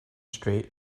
straight